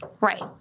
Right